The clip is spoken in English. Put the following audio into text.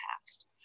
past